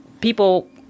people